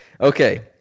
okay